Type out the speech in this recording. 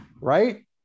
right